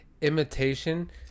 imitation